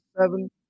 seven